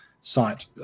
site